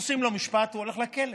עושים לו משפט, הוא הולך לכלא.